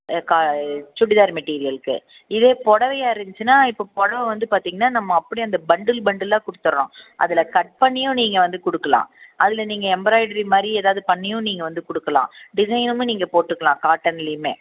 ஆ கா இது சுடிதார் மெட்டிரியலுக்கு இதே புடவையா இருந்துச்சுனால் இப்போ புடவ வந்து பார்த்தீங்கனா நம்ம அப்படி அந்த பண்டில் பண்டிலாக கொடுத்தட்றோம் அதில் கட் பண்ணியும் நீங்கள் வந்து கொடுக்கலாம் அதில் நீங்கள் எம்ப்ராய்டரி மாதிரி ஏதாவது பண்ணியும் நீங்கள் வந்து கொடுக்கலாம் டிசைனுமே நீங்கள் போட்டுக்கலாம் காட்டன்லேயுமே